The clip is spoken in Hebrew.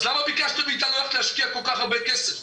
אז למה ביקשתם מאיתנו ללכת ולהשקיע כל כך הרבה כסף?